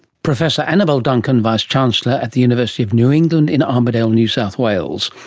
professor annabelle duncan, vice-chancellor at the university of new england in armidale, new south wales,